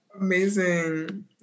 Amazing